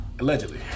Allegedly